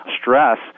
stress